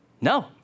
No